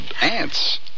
ants